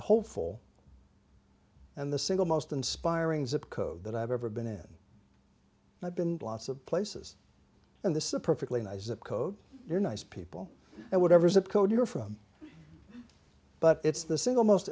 hopeful and the single most inspiring zip code that i've ever been in i've been lots of places and this is a perfectly nice zip code they're nice people and whatever zip code you're from but it's the single most